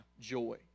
joy